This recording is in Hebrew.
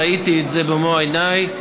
ראיתי את זה במו עיניי,